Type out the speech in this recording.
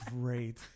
great